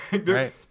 right